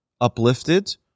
uplifted